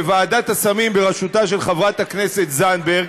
בוועדת הסמים בראשותה של חברת הכנסת זנדברג,